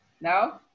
No